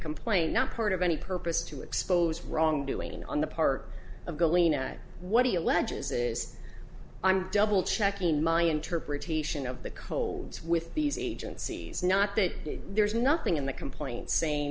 complaint not part of any purpose to expose wrongdoing on the part of the lena what he alleges is i'm double checking my interpretation of the colds with these agencies not that there's nothing in the complaint saying